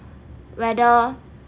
whether